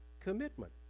commitment